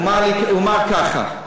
הוא אמר ככה: